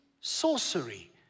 sorcery